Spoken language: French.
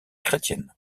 chrétienne